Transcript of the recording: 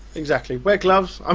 exactly, wear gloves. um